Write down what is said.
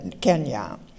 Kenya